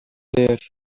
there